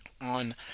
on